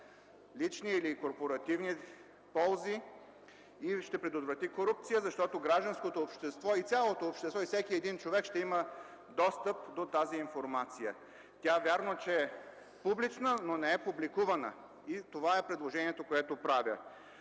лични или корпоративни ползи и ще предотврати корупция, защото гражданското общество и цялото общество, и всеки един човек ще има достъп до тази информация. Вярно, че тя е публична, но не е публикувана и това е предложението, което правя.